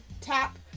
tap